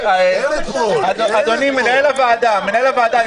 אדוני מנהל הוועדה,